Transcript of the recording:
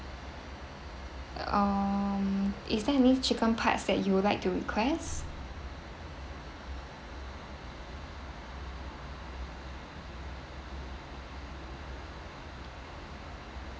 um is there any chicken parts that you would like to request